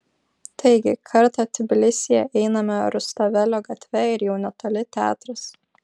taigi kartą tbilisyje einame rustavelio gatve ir jau netoli teatras